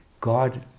God